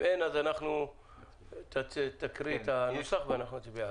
אם אין, אז תקריא את הנוסח ואנחנו נצביע על זה.